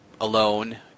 alone